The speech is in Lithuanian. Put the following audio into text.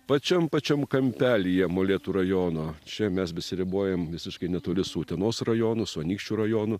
pačiam pačiam kampelyje molėtų rajono čia mes besiribojam visiškai netoli su utenos rajonu su anykščių rajonu